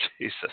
Jesus